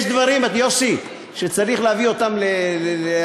יש דברים, יוסי, שצריך להביא אותם להסדרה,